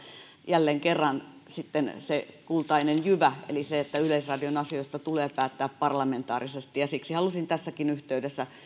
jälleen kerran sitten se kultainen jyvä eli se että yleisradion asioista tulee päättää parlamentaarisesti siksi halusin tässäkin yhteydessä